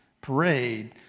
parade